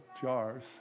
jars